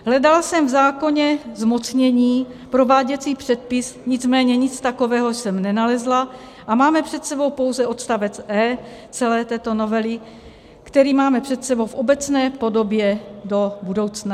Hledala jsem v zákoně zmocnění, prováděcí předpis, nicméně nic takového jsem nenalezla a máme před sebou pouze odstavec e) celé této novely, který máme před sebou v obecné podobě do budoucna.